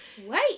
Wait